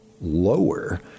lower